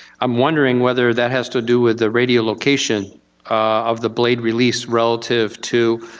i'm wondering whether that has to do with the radial location of the blade release relative to